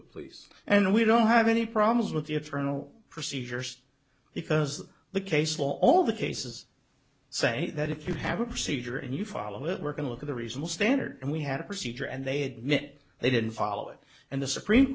the police and we don't have any problems with the internal procedures because the case law all the cases say that if you have a procedure and you follow it we're going to look at a reasonable standard and we had a procedure and they admit they didn't follow it and the supreme